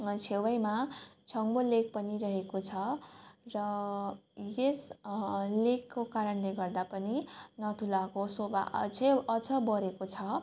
छेउमा छाङ्गु लेक पनि रहेको छ र यस लेकको कारणले गर्दा पनि नथुलाको शोभा अझै अझ बढेको छ